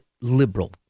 liberal